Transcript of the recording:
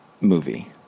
movie